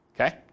Okay